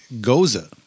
Goza